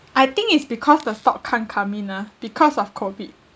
I think is because the stock can't come in ah because of COVID